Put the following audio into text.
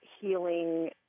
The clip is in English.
healing